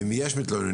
ואם יש מתלוננים,